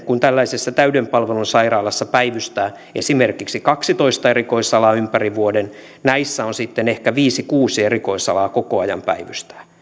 kun tällaisessa täyden palvelun sairaalassa päivystää esimerkiksi kaksitoista erikoisalaa ympäri vuoden näissä sitten ehkä viisi viiva kuusi erikoisalaa koko ajan päivystää